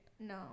No